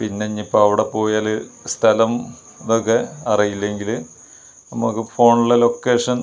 പിന്നെ ഇനി ഇപ്പോൾ അവിടെ പോയാൽ സ്ഥലം ഇതൊക്കെ അറിയില്ലെങ്കിൽ നമുക്ക് ഫോണിലെ ലൊക്കേഷൻ